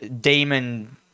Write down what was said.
demon